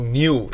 new